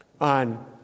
on